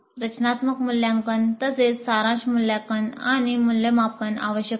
रचनात्मक मूल्यांकन तसेच सारांश मूल्यांकन आणि मूल्यमापन आवश्यक आहे